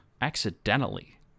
accidentally